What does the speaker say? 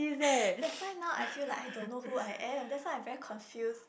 that's why now I feel like I don't know who I am that's why I very confuse